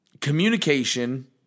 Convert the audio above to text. Communication